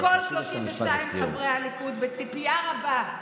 אני פונה לכל 32 חברי הליכוד בציפייה רבה,